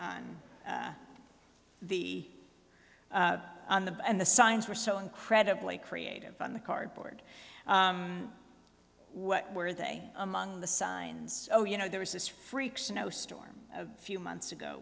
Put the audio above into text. on the on the back and the signs were so incredibly creative on the card board what were they among the signs oh you know there was this freak snowstorm a few months ago